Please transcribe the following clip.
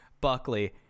Buckley